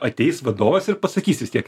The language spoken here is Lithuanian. ateis vadovas ir pasakys vis tiek